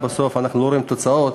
בסוף אנחנו לא רואים תוצאות.